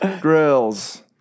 grills